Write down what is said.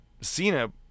Cena